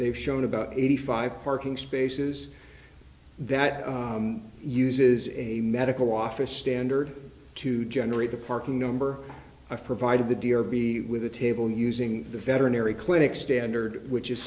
they've shown about eighty five parking spaces that uses a medical office standard to generate the parking number of provided the deer be with a table using the veterinary clinic standard which is